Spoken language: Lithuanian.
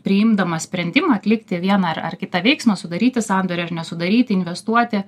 priimdamas sprendimą atlikti vieną ar ar kitą veiksmą sudaryti sandorį ar nesudaryti investuoti